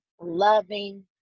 loving